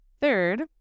Third